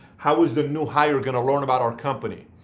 how is the new hire going to learn about our company?